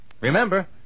Remember